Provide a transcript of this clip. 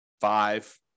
five